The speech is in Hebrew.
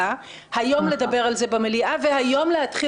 אני סבור שנכון יהיה שהכנסת תקדים ותביא